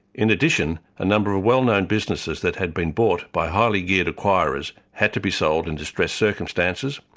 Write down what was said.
in addition, a number of well-known businesses that had been bought by highly geared acquirers, had to be sold in distressed circumstances,